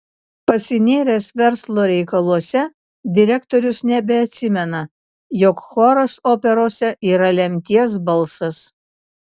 pasinėręs verslo reikaluose direktorius nebeatsimena jog choras operose yra lemties balsas